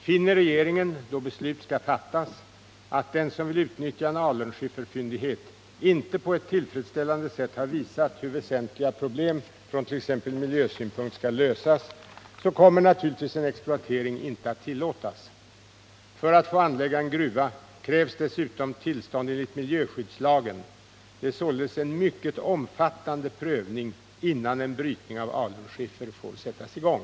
Finner regeringen, då beslut skall fattas, att den som vill utnyttja en alunskifferfyndighet inte på ett tillfredsställande sätt har visat hur väsentliga problem från t.ex. miljösynpunkt skall lösas, kommer naturligtvis en exploatering inte att tillåtas. För att få anlägga en gruva krävs dessutom tillstånd enligt miljöskyddslagen . Det är således en mycket omfattande prövning innan en brytning av alunskiffer får sättas i gång.